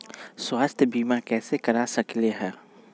स्वाथ्य बीमा कैसे करा सकीले है?